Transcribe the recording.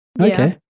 Okay